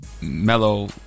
mellow